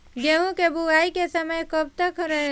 गेहूँ के बुवाई के समय कब तक रहेला?